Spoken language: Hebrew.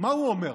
מה הוא אומר?